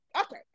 Okay